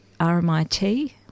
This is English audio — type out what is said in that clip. RMIT